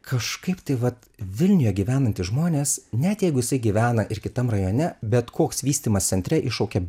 kažkaip tai vat vilniuje gyvenantys žmonės net jeigu jisai gyvena ir kitam rajone bet koks vystymas centre iššaukia